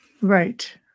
right